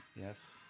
Yes